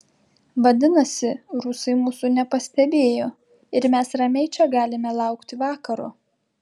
vadinasi rusai mūsų nepastebėjo ir mes ramiai čia galime laukti vakaro